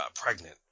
pregnant